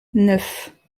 neuf